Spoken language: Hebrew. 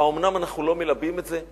האומנם אנחנו לא מלבים את זה?